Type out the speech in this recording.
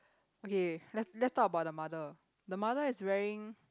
okay let's talk about the mother the mother is wearing